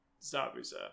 Zabuza